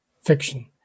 fiction